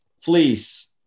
Fleece